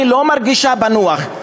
אני לא מרגישה בנוח.